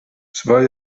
zwei